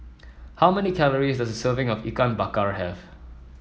how many calories does a serving of Ikan Bakar have